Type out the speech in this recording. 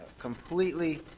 completely